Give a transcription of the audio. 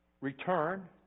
return